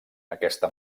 aquesta